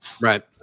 Right